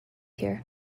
here